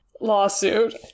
lawsuit